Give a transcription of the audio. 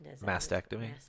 Mastectomy